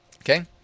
Okay